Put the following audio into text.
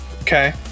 Okay